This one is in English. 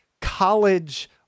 college